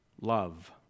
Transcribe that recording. love